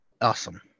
awesome